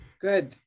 Good